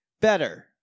better